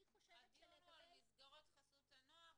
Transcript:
אני חושבת ש --- הדיון הוא על מסגרות חסות הנוער,